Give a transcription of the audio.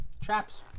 Traps